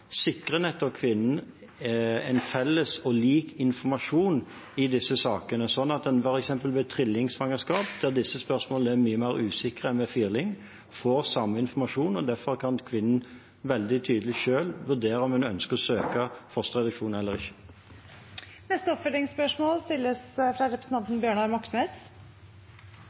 sikrer en kvinnen en felles og lik informasjon i disse sakene, sånn at en f.eks. ved trillingsvangerskap, der disse spørsmålene er mye mer usikre enn ved firlingsvangerskap, får samme informasjon. Da kan kvinnen veldig tydelig selv vurdere om hun ønsker å søke fosterreduksjon eller ikke.